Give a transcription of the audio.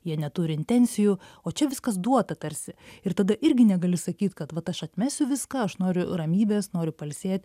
jie neturi intencijų o čia viskas duota tarsi ir tada irgi negali sakyt kad vat aš atmesiu viską aš noriu ramybės noriu pailsėt